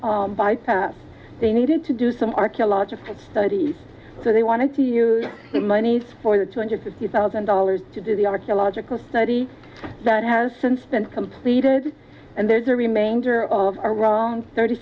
the bypass they needed to do some archaeological studies so they wanted to use the monies for the two hundred fifty thousand dollars to do the archaeological study that has since been completed and there's a remainder of our wrong thirty